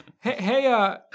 Hey